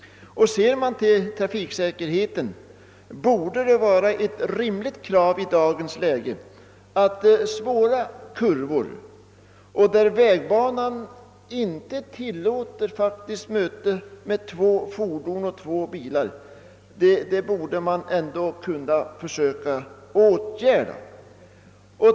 Ser man till trafiksäkerheten, . borde det vara ett naturligt krav i dagens läge att någonting gjordes åt svåra kurvor och vägsträckor, vilkas bredd inte tillåter ett möte mellan två bilar.